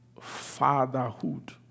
fatherhood